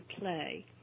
play